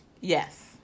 Yes